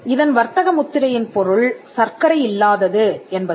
இதன் வர்த்தக முத்திரையின் பொருள் சர்க்கரை இல்லாதது என்பது